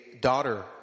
daughter